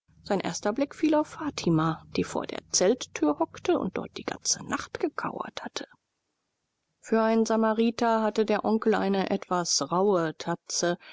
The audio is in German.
sein erster blick fiel auf fatima die vor der zelttür hockte und dort die ganze nacht gekauert hatte für einen samariter hatte der onkel eine etwas rauhe tatze